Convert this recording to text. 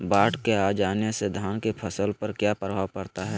बाढ़ के आ जाने से धान की फसल पर किया प्रभाव पड़ता है?